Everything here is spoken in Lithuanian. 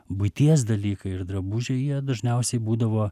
buities dalykai ir drabužiai jie dažniausiai būdavo